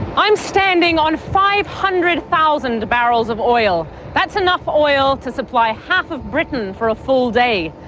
i'm standing on five hundred thousand barrels of oil. that's enough oil to supply half of britain for a full day.